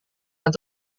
yang